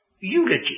eulogy